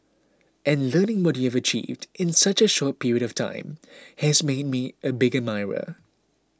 and learning what you have achieved in such a short period of time has made me a big admirer